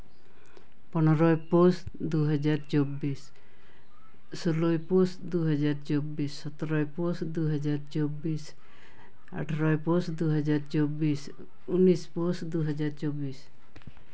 ᱯᱚᱱᱨᱚᱭ ᱯᱳᱥ ᱫᱩ ᱦᱟᱡᱟᱨ ᱪᱚᱵᱽᱵᱤᱥ ᱥᱳᱞᱞᱳᱭ ᱯᱳᱥ ᱫᱩ ᱦᱟᱡᱟᱨ ᱪᱚᱵᱽᱵᱤᱥ ᱥᱚᱛᱨᱚᱭ ᱯᱳᱥ ᱫᱩ ᱦᱟᱡᱟᱨ ᱪᱚᱵᱽᱵᱤᱥ ᱟᱴᱷᱨᱳᱭ ᱯᱳᱥ ᱫᱩ ᱦᱟᱡᱟᱨ ᱪᱚᱵᱽᱵᱤᱥ ᱩᱱᱤᱥ ᱯᱳᱥ ᱫᱩ ᱦᱟᱡᱟᱨ ᱪᱚᱵᱽᱵᱤᱥ